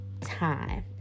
time